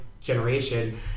generation